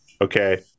okay